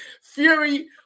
Fury